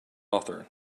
author